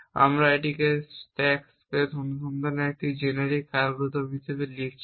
আমরা এটিকে আমাদের স্ট্যাক স্পেস অনুসন্ধানের একটি জেনেরিক অ্যালগরিদম হিসাবে লিখছি